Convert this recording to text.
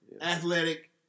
athletic